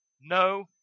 No